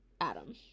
Adam